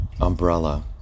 umbrella